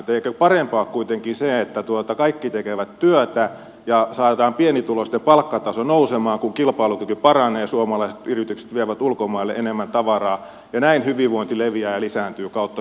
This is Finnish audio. eikö parempaa ole kuitenkin se että kaikki tekevät työtä ja saadaan pienituloisten palkkataso nousemaan kun kilpailukyky paranee ja suomalaiset yritykset vievät ulkomaille enemmän tavaraa ja näin hyvinvointi leviää ja lisääntyy kautta suomen